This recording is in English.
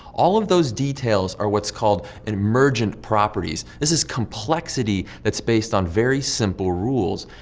all of those details are what's called and emergent properties. this is complexity that's based on very simple rules.